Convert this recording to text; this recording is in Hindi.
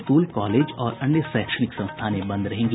स्कूल कॉलेज और अन्य शैक्षणिक संस्थानें बंद रहेंगी